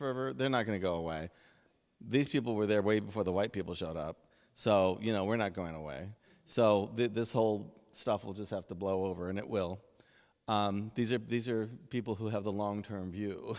for they're not going to go away these people were there way before the white people shot up so you know we're not going away so that this whole stuff will just have to blow over and it will these are these are people who have a long term view